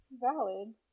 valid